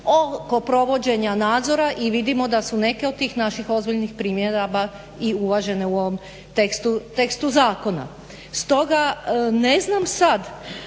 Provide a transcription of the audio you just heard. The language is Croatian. oko provođenja nadzora i vidimo da su neke od tih naših ozbiljnih primjedaba i uvažene u ovom tekstu zakona. Stoga ne znam sad,